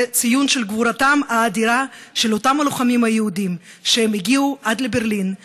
זה ציון גבורתם האדירה של אותם הלוחמים היהודים שהגיעו עד לברלין,